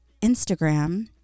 Instagram